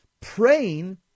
praying